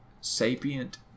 sapient